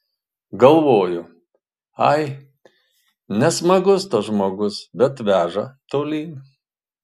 galvoju ai nesmagus tas žmogus bet veža tolyn